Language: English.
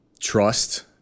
trust